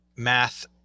math